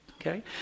okay